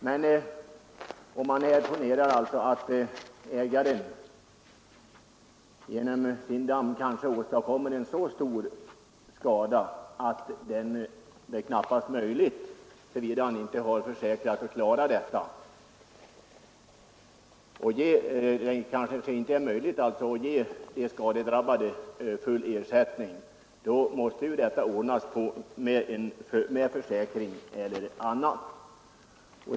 Men om man tänker sig att ägaren genom sin damm kanske åstadkommer en så stor skada att det knappast är möjligt att ge de skadedrabbade full ersättning, måste det kunna ordnas med en försäkring eller någonting annat.